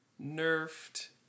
nerfed